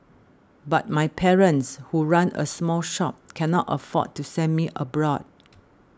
but my parents who run a small shop cannot afford to send me abroad